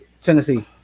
Tennessee